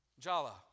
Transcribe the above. Jala